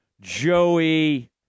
Joey